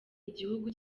igihugu